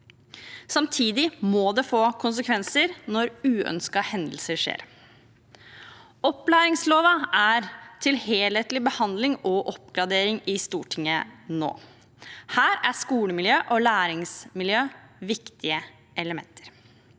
Samtidig må det få konsekvenser når uønskede hendelser skjer. Opplæringsloven er til helhetlig behandling og oppgradering i Stortinget nå. Her er skolemiljø og læringsmiljø viktige elementer.